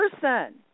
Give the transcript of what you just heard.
person